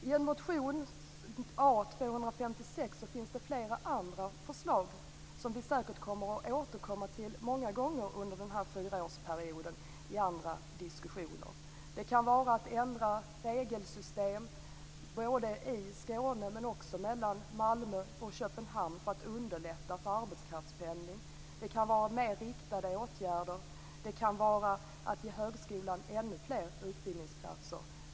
I motion A256 finns flera andra förslag, som vi säkert återkommer till många gånger under den här fyraårsperioden i andra diskussioner. Det kan vara att ändra regelsystem i Skåne och mellan Malmö och Köpenhamn för att underlätta för arbetskraftspendling. Det kan vara mer riktade åtgärder. Det kan vara att ge högskolan ännu fler utbildningsplatser.